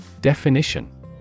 Definition